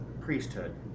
priesthood